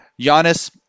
Giannis